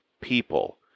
people